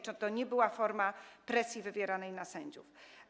Czy to nie była forma presji wywieranej na sędziów?